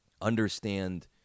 understand